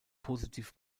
positiv